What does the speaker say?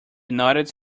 nodded